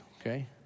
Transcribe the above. okay